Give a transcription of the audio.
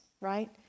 right